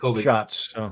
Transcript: shots